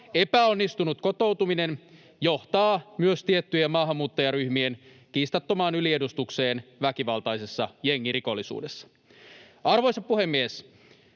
Epäonnistunut kotoutuminen johtaa myös tiettyjen maahanmuuttajaryhmien kiistattomaan yliedustukseen väkivaltaisessa jengirikollisuudessa. Arvoisa puhemies!